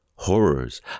Horrors